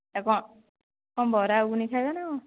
ଏଟା କ'ଣ କ'ଣ ବରା ଘୁଗୁନି ଖାଇବା ନା କ'ଣ